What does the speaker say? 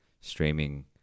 streaming